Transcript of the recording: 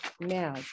now